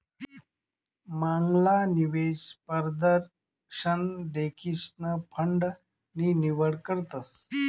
मांगला निवेश परदशन देखीसन फंड नी निवड करतस